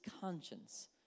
conscience